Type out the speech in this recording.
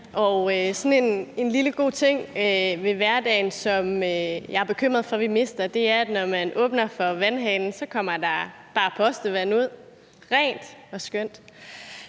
en lille god ting ved hverdagen, som jeg er bekymret for at vi mister, er, at når man åbner for vandhanen, kommer der bare postevand ud, rent og skønt.